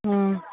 ꯎꯝ